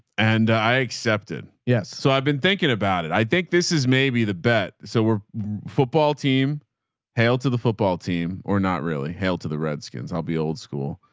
and i accepted. yes. so i've been thinking about it. i think this is maybe the bet. so we're football team hail to the football team or not really hail to the redskins. i'll be old school